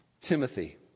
Timothy